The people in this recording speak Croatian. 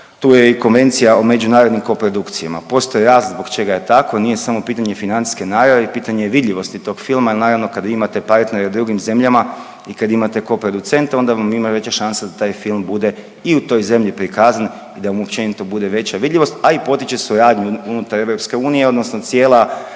tu je Konvencija o međunarodnim koprodukcijama. Postoji razlog zbog čega je tako nije samo pitanje financijske naravni, pitanje je vidljivosti tog filma jel naravno kad imate partnere u drugim zemljama i kad imate koproducenta onda vam ima veće šanse da taj film bude i u toj zemlji prikazan i da mu općenito bude veća vidljivost, a i potiče suradnju unutar EU odnosno cijela